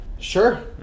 Sure